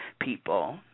people